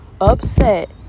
upset